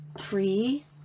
tree